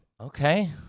Okay